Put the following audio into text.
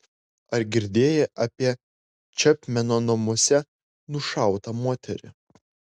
ar girdėjai apie čepmeno namuose nušautą moterį